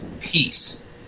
peace